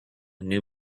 new